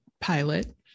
pilot